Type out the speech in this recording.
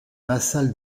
vassal